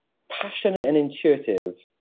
passionate and intuitive.